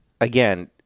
again